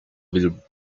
will